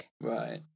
Right